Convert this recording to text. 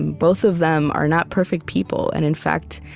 and both of them are not perfect people, and in fact,